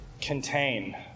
contain